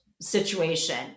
situation